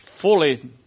fully